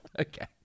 Okay